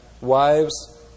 wives